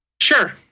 Sure